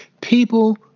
people